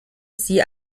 sie